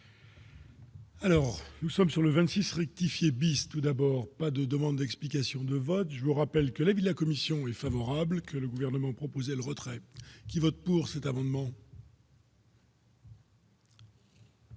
Alors, nous sommes sur le 26 rectifier bis tout d'abord pas de demandes d'explications de vote, je vous rappelle que l'avis de la commission est favorable, que le gouvernement proposait le retrait qui votent pour cet amendement.